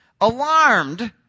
Alarmed